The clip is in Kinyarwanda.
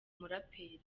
muraperi